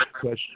question